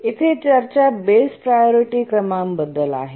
येथे चर्चा base priority क्रमांबद्दल आहे